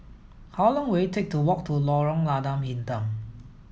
how long will it take to walk to Lorong Lada Hitam